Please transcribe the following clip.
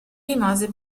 rimase